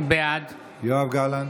בעד יואב גלנט,